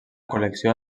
col·lecció